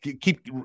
Keep